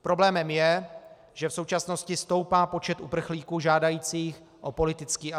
Problémem je, že v současnosti stoupá počet uprchlíků žádajících o politický azyl.